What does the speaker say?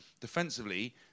Defensively